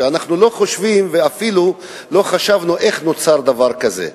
שאנחנו לא חושבים ואפילו לא חשבנו איך נוצר דבר כזה.